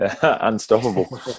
Unstoppable